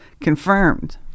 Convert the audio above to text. confirmed